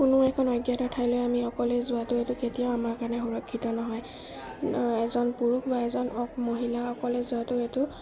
কোনো এখন অজ্ঞাত ঠাইলৈ আমি অকলে যোৱাটো এইটো কেতিয়াও আমাৰ কাৰণে সুৰক্ষিত নহয় এজন পুৰুষ বা এজন মহিলাসকলে যোৱাটো এইটো